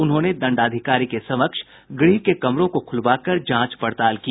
उन्होंने दंडाधिकारी के समक्ष गृह के कमरों को खूलवाकर जांच पड़ताल की